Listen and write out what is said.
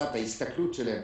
תקופת ההסתכלות שלהם